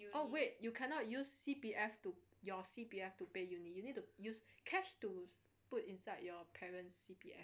oh wait you cannot use C_P_F to your C_P_F to pay uni you need to use cash to put inside your parent's C_P_F